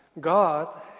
God